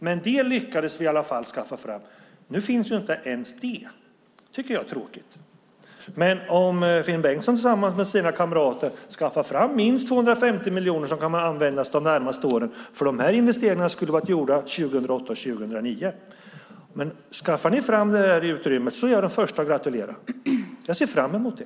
Men detta lyckades vi i alla fall skaffa fram. Nu finns inte ens det. Det tycker jag är tråkigt. Men om Finn Bengtsson tillsammans med sina kamrater skaffar fram minst 250 miljoner som kommer att användas de närmaste åren, för de här investeringarna skulle ha varit gjorda 2008 och 2009, är jag den första att gratulera. Jag ser fram emot det.